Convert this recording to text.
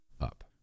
up